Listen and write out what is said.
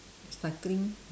cycling